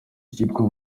yitwa